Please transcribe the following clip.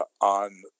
on